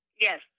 Yes